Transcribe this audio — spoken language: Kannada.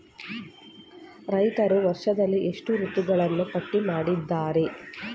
ರೈತರು ವರ್ಷದಲ್ಲಿ ಎಷ್ಟು ಋತುಗಳನ್ನು ಪಟ್ಟಿ ಮಾಡಿದ್ದಾರೆ?